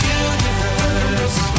universe